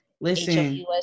Listen